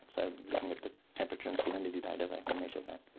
so looking at the temperature and salinity data, they can measure that.